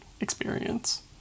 experience